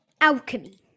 alchemy